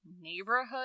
neighborhood